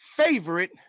favorite